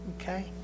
Okay